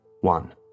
One